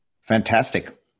fantastic